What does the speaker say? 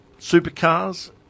Supercars